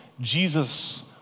Jesus